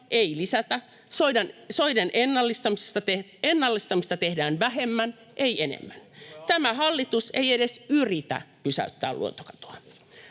ei lisätä. Soiden ennallistamista tehdään vähemmän, ei enemmän. [Juho Eerolan välihuuto] Tämä hallitus ei edes yritä pysäyttää luontokatoa.